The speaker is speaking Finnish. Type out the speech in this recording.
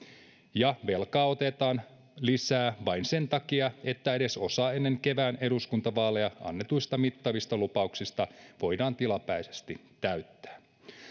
ja velkaa otetaan lisää vain sen takia että edes osa ennen kevään eduskuntavaaleja annetuista mittavista lupauksista voidaan tilapäisesti täyttää